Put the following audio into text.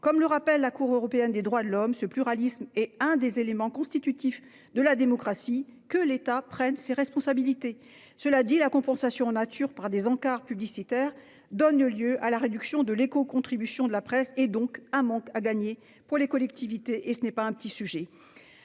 Comme le rappelle la Cour européenne des droits de l'homme, ce pluralisme est l'un des éléments constitutifs de la démocratie. Que l'État prenne ses responsabilités ! Cela dit, la compensation en nature par des encarts publicitaires, qui donne lieu à la réduction de l'écocontribution de la presse, représente un manque à gagner pour les collectivités. Ce n'est pas un petit sujet.